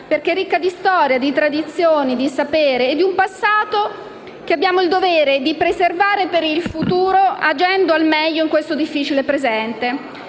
perché ricca di storia, di tradizioni, di sapere e di un passato che abbiamo il dovere di preservare per il futuro, agendo al meglio in questo difficile presente.